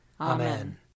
Amen